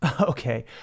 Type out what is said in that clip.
Okay